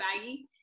baggy